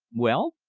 well?